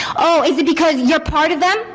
oh, is it because you're part of them?